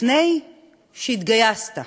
לפני שהתגייסת,